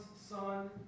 son